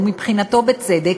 ומבחינתו בצדק: